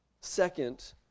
Second